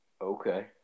Okay